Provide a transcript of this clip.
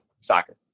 Soccer